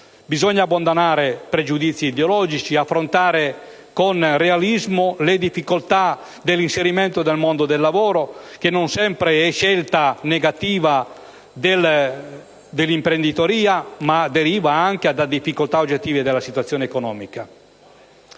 Bisogna abbandonare pregiudizi ideologici e affrontare con realismo le difficoltà dell'inserimento nel mondo del lavoro, che non sempre sono legate a scelte negative dell'imprenditoria, ma spesso derivano dalle difficoltà oggettive della situazione economica.